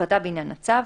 החלטה בעניין הצו,